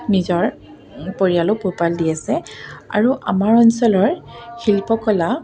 নিজৰ পৰিয়ালো পোহপাল দি আছে আৰু আমাৰ অঞ্চলৰ শিল্পকলা